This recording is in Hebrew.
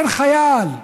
אין חייל.